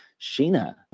Sheena